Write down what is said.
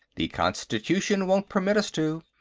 the constitution won't permit us to.